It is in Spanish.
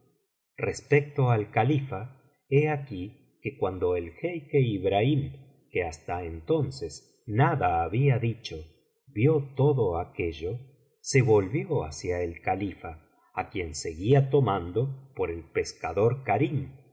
respecto al califa he aquí que cuando el jeique ibrahim que hasta entonces nada había dicho vio todo aquello se volvió hacia el califa á quien seguía tomando por el pescador karim